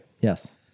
Yes